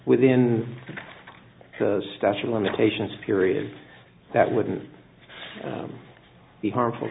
within the statute of limitations period that wouldn't be harmful